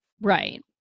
Right